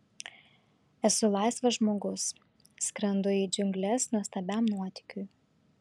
esu laisvas žmogus skrendu į džiungles nuostabiam nuotykiui